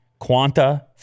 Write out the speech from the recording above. Quanta